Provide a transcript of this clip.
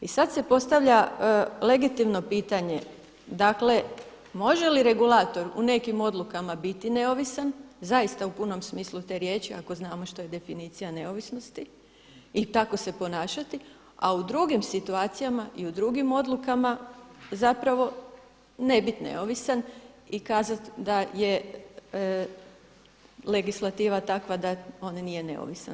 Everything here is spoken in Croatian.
I sad se postavlja legitimno pitanje, dakle može li regulator u nekim odlukama biti neovisan, zaista u punom smislu te riječi ako znamo što je definicija neovisnosti i tako se ponašati, a u drugim situacijama i u drugim odlukama zapravo ne bit neovisan i kazat da je legislativa takva da on nije neovisan.